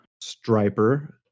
Striper